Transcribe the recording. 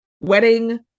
wedding